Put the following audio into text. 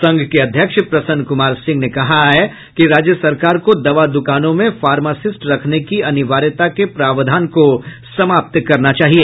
संघ के अध्यक्ष प्रसन कुमार सिंह ने कहा है कि राज्य सरकार को दवा दुकानों में फार्मासिस्ट रखने की अनिवार्यता के प्रावधान को समाप्त करना चाहिए